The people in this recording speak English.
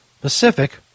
Pacific